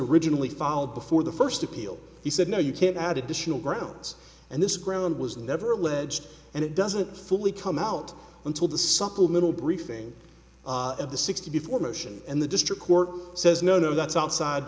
originally filed before the first appeal he said no you can't add additional grounds and this ground was never alleged and it doesn't fully come out until the supplemental briefing of the sixty four motion and the district court says no no that's outside